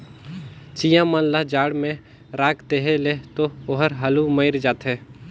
चिंया मन ल जाड़ में राख देहे ले तो ओहर हालु मइर जाथे